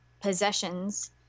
possessions